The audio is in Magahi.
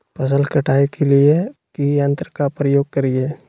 फसल कटाई के लिए किस यंत्र का प्रयोग करिये?